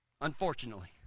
Unfortunately